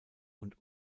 und